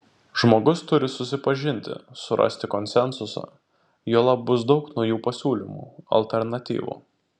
žmogus turi susipažinti surasti konsensusą juolab bus daug naujų pasiūlymų alternatyvų